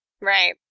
Right